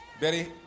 Betty